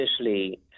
officially